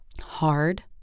hard